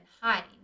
hiding